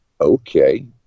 Okay